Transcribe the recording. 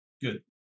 Good